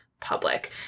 Public